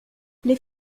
les